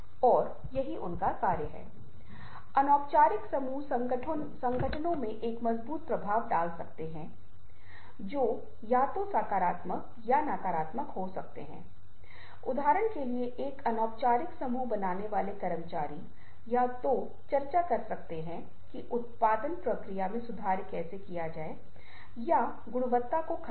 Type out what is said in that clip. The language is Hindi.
हम कहते हैं कि आप छवि को यहाँ रखें और वहाँ रखें यहाँ दो चीजें ध्यान देने योग्य हैं एक यह है कि दूरी के साथ साथ अभिविन्यास भी होनी चाहिए और दूरी की भावना का संचार करने के लिए दोनों के बीच विवेक या अंतर होता है अर्थ क्षमता या दोनों के बीच संबंध को व्यक्त करने की क्षमता इस तरह प्रक्रिया के द्वारा कम से कम हो सकती है